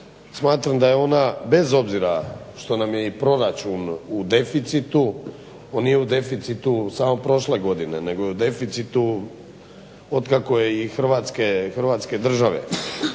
smatram da je ona, bez obzira što nam je i proračun u deficitu, on nije u deficitu samo prošle godine, nego je u deficitu od kako je i Hrvatske države.